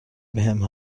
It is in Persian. بهم